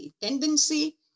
tendency